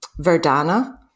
Verdana